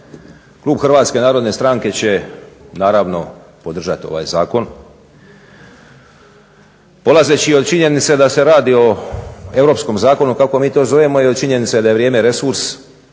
Klub HNS-a će naravno podržati ovaj zakon. polazeći od činjenice da se radi o europskom zakonu kako mi to zovemo i od činjenice da je vrijeme resurs